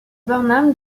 burnham